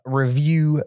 review